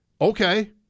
okay